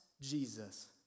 Jesus